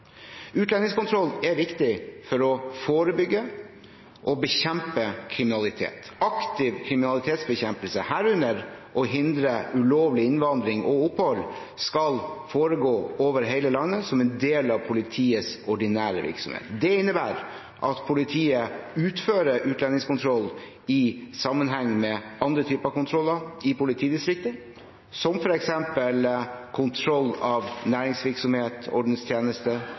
Utlendingskontroll er viktig for å forebygge og bekjempe kriminalitet. Aktiv kriminalitetsbekjempelse, herunder å hindre ulovlig innvandring og opphold, skal foregå over hele landet som en del av politiets ordinære virksomhet. Det innebærer at politiet utfører utlendingskontroll i sammenheng med andre typer kontroller i politidistriktet, som f.eks. kontroll av næringsvirksomhet, ordenstjeneste,